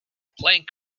playing